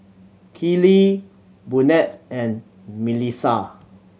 Keely Burnett and Milissa